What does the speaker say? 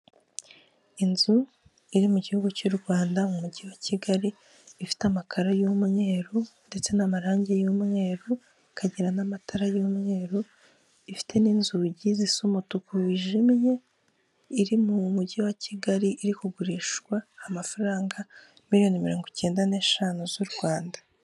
Inzu iri mu gihugu cy'u Rwanda mu mujyi wa Kigali ifite amakaro y'umweruru ndetse n'amarangi y'umweru, ikagira n'amatara y'umweru, ifite n'inzugi zisa umutuku wijimye iri mu mujyi wa Kigali iri kugurishwa amafaranga miliyoni mirongo icyenda n'eshanu z'u Rwanda.